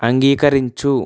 అంగీకరించు